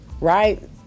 Right